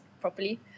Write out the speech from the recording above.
properly